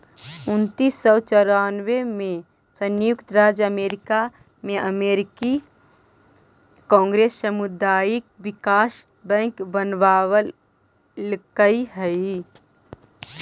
उन्नीस सौ चौरानबे में संयुक्त राज्य अमेरिका में अमेरिकी कांग्रेस सामुदायिक विकास बैंक बनवलकइ हई